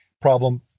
problem